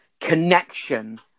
connection